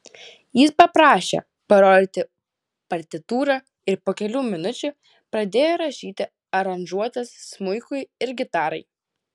jis paprašė parodyti partitūrą ir po kelių minučių pradėjo rašyti aranžuotes smuikui ir gitarai